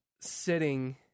sitting